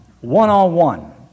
one-on-one